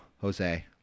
Jose